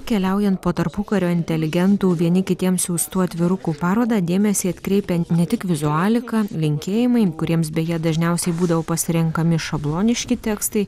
keliaujant po tarpukario inteligentų vieni kitiems siųstų atvirukų parodą dėmesį atkreipia ne tik vizualika linkėjimai kuriems beje dažniausiai būdavo pasirenkami šabloniški tekstai